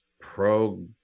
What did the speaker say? pro